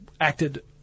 acted